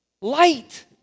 light